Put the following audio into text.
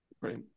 right